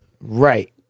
Right